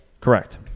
Correct